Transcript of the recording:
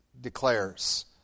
declares